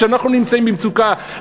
כשאנחנו נמצאים במצוקה,